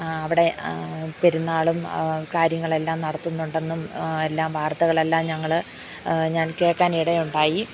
അവിടെ പെരുന്നാളും കാര്യങ്ങളെല്ലാം നടത്തുന്നുണ്ടെന്നും എല്ലാം വാർത്തകളെല്ലാം ഞങ്ങൾ ഞാൻ കേൾക്കാൻ ഇടയുണ്ടായി